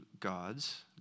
God's